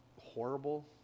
horrible